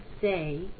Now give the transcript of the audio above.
say